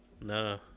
No